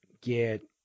get